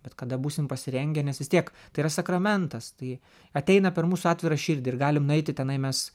bet kada būsim pasirengę nes vis tiek tai yra sakramentas tai ateina per mūsų atvirą širdį ir galim nueiti tenai mes